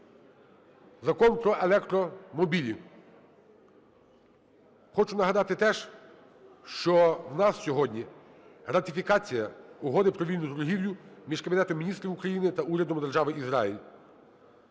Закон про електромобілі. Хочу нагадати теж, що в нас сьогодні ратифікація Угоди про вільну торгівлю між Кабінетом Міністрів України та Урядом Держави Ізраїль.